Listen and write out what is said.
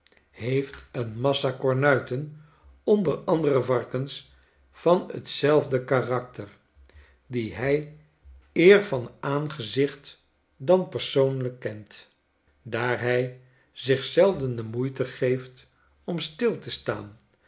heeft een massa kornuiten onder andere varkens van t zelfde karakter die hij eer van aangezicht dan persoonlijk kent daar hij zich zelden de moeite geeft om stil te staan